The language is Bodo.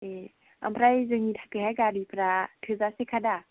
ए ओमफ्राइ जोंनि थाखाय हाय गारिफोरा थोजासे खा दा